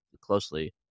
closely